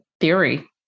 theory